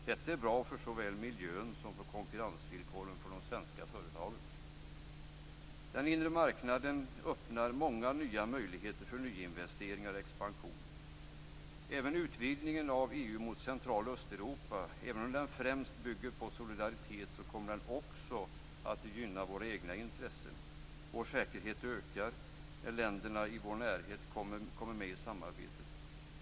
Detta är bra för såväl miljön som för konkurrensvillkoren för de svenska företagen. Den inre marknaden öppnar många nya möjligheter för nyinvesteringar och expansion. Även om utvidgningen av EU mot Central och Östeuropa främst bygger på solidaritet kommer den också att gynna våra egna intressen. Vår säkerhet ökar när länderna i vår närhet kommer med i samarbetet.